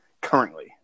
Currently